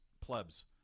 plebs